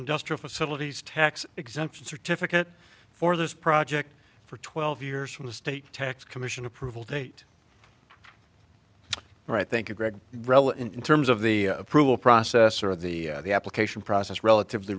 industrial facilities tax exemption certificate for this project for twelve years from the state tax commission approval date right thank you greg rel in terms of the approval process or the application process relatively